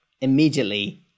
immediately